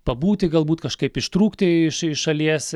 pabūti galbūt kažkaip ištrūkti iš iš šalies